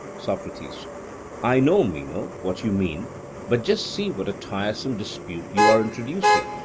socrates i know, meno, what you mean but just see what a tiresome dispute you are introducing.